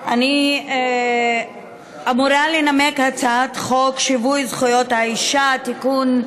אני אמורה לנמק הצעת חוק שיווי זכויות האישה (תיקון,